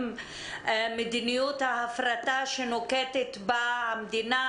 עם מדיניות ההפרטה שנוקטת בה המדינה,